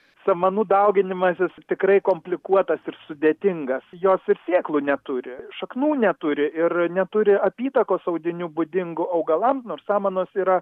samanų dauginimasis tikrai komplikuotas ir sudėtingas jos ir sėklų neturi šaknų neturi ir neturi apytakos audinių būdingų augalams nors samanos yra